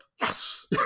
yes